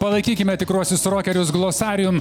palaikykime tikruosius rokerius glossarium